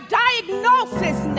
diagnosis